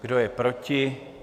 Kdo je proti?